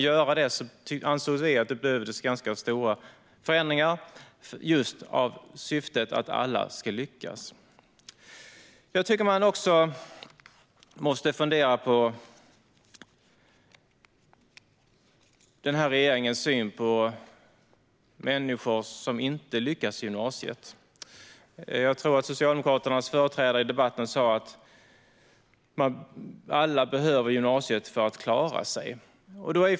Vi ansåg att det behövdes ganska stora förändringar i syfte att alla ska lyckas. Jag tycker att man också måste fundera på den här regeringens syn på människor som inte lyckas i gymnasiet. Jag tror att Socialdemokraternas företrädare i debatten sa att alla behöver gymnasiet för att klara sig.